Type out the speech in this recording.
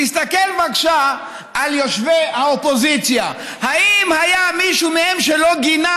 תסתכל בבקשה על יושבי האופוזיציה: האם היה מישהו מהם שלא גינה